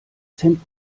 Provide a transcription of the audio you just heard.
cent